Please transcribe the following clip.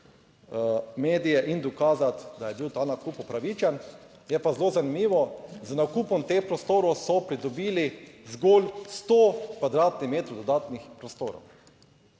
medije in dokazati, da je bil ta nakup upravičen. Je pa zelo zanimivo, z nakupom teh prostorov so pridobili zgolj 100 kvadratnih metrov dodatnih prostorov.